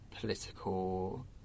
political